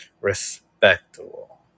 respectable